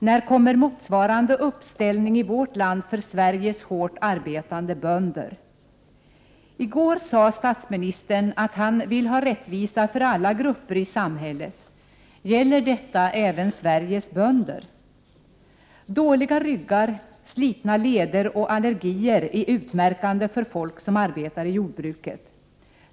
När kommer motsvarande uppställning i vårt land för Sveriges hårt arbetande bönder? I går sade statsministern att han vill ha rättvisa för alla grupper i samhället. Gäller detta även Sveriges bönder? Dåliga ryggar, slitna leder och allergier är utmärkande för folk som arbetar i jordbruket.